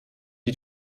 die